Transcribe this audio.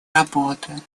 работы